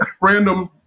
random